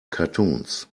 cartoons